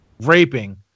raping